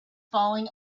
falling